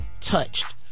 touched